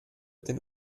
den